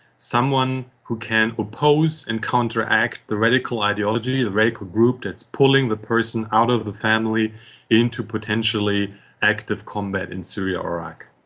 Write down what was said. someone who can oppose and counteract the radical ideology, the radical group that's pulling the person out of the family into potentially active combat in syria or iraq.